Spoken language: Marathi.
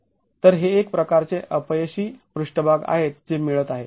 तर हे एक प्रकारचे अपयशी पृष्ठभाग आहेत जे मिळत आहेत